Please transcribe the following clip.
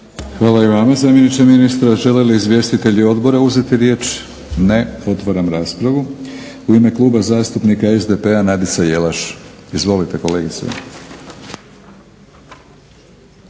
Hvala i vama zamjeniče ministra. Želi li izvjestitelji odbora uzeti riječ? Ne. Otvaram raspravu. U ime Kluba zastupnika SDP-a Nadica Jelaš. Izvolite kolegice.